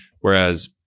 whereas